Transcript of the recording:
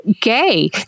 gay